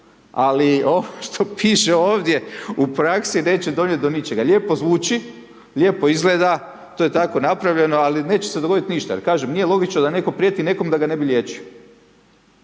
ali ovo što piše ovdje u praksi neće donijeti do ničega. Lijepo zvuči, lijepo izgleda, to je tako napravljeno ali neće se dogoditi ništa. Jer kažem nije logično da netko prijeti nekom da ga ne bi liječio